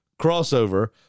crossover